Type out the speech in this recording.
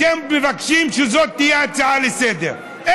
אתם מבקשים שזאת תהיה הצעה לסדר-היום,